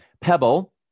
Pebble